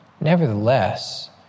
Nevertheless